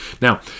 Now